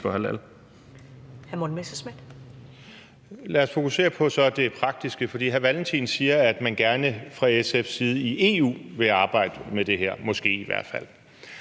Lad os så fokusere på det praktiske, for hr. Carl Valentin siger, at man fra SF's side gerne vil arbejde med det her i EU – i hvert fald